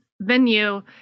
venue